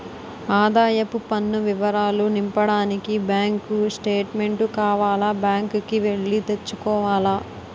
ఆదాయపు పన్ను వివరాలు నింపడానికి బ్యాంకు స్టేట్మెంటు కావాల బ్యాంకు కి ఎల్లి తెచ్చుకోవాల